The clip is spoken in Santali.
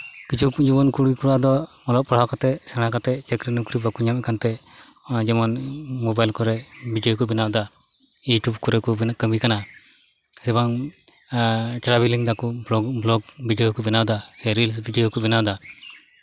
ᱠᱤᱪᱷᱩ ᱡᱩᱣᱟᱹᱱ ᱠᱩᱲᱤ ᱠᱚᱲᱟ ᱫᱚ ᱚᱞᱚᱜ ᱯᱟᱲᱦᱟᱜ ᱠᱟᱛᱮᱫ ᱥᱮᱲᱟ ᱠᱟᱛᱮᱫ ᱪᱟᱹᱠᱨᱤ ᱱᱚᱠᱨᱤ ᱵᱟᱠᱚ ᱧᱟᱢᱮᱫ ᱠᱟᱱᱛᱮ ᱱᱚᱜᱼᱚᱭ ᱡᱮᱢᱚᱱ ᱢᱳᱵᱟᱭᱤᱞ ᱠᱚᱨᱮᱫ ᱵᱷᱤᱰᱤᱭᱳ ᱠᱚ ᱵᱮᱱᱟᱣᱫᱟ ᱤᱭᱩᱴᱤᱭᱩᱵᱽ ᱠᱚᱨᱮᱫ ᱠᱚ ᱠᱟᱹᱢᱤ ᱠᱟᱱᱟ ᱥᱮ ᱵᱟᱝ ᱴᱨᱟᱵᱷᱮᱞᱤᱝ ᱮᱫᱟᱠᱚ ᱵᱞᱚᱠ ᱵᱷᱤᱰᱤᱭᱳ ᱠᱚ ᱵᱮᱱᱟᱣᱮᱫᱟ ᱥᱮ ᱨᱤᱞᱥ ᱵᱷᱤᱰᱭᱳ ᱠᱚ ᱵᱮᱱᱟᱣᱫᱟ